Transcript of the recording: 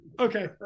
Okay